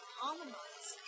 harmonize